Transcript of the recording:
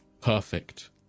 perfect